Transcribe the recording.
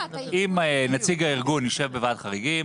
שאם נציג הארגון יישב בוועדת חריגים